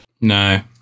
No